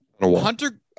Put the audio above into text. Hunter